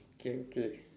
okay k